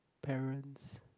parents